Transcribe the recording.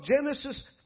Genesis